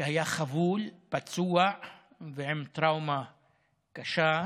שהיה חבול, פצוע ועם טראומה קשה.